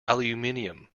aluminium